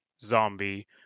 zombie